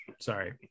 Sorry